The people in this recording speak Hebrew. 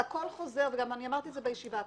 הכול חוזר ואני גם אמרתי את זה בישיבה הקודמת.